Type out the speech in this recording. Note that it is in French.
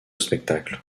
spectacle